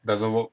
doesn't work